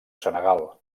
senegal